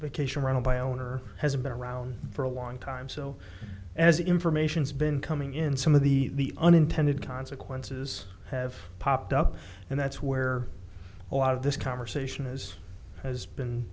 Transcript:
vacation rental by owner has been around for a long time so as information's been coming in some of the unintended consequences have popped up and that's where a lot of this conversation is has been